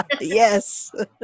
yes